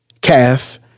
calf